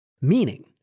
meaning